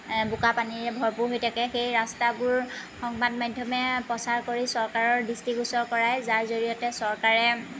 বোকা পানীৰে ভৰপূৰ হৈ থাকে সেই ৰাস্তাবোৰ সংবাদ মাধ্যমে প্ৰচাৰ কৰি চৰকাৰৰ দৃষ্টিগোচৰ কৰাই যাৰ জৰিয়তে চৰকাৰে